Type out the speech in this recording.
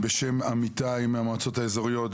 בשם עמיתי מהמועצות האזורית,